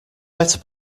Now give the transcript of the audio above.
better